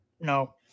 No